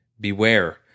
Beware